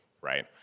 right